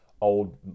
Old